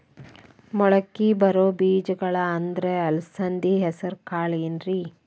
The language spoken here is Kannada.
ಮಳಕಿ ಬರೋ ಬೇಜಗೊಳ್ ಅಂದ್ರ ಅಲಸಂಧಿ, ಹೆಸರ್ ಕಾಳ್ ಏನ್ರಿ?